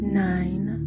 nine